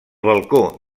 balcó